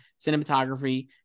cinematography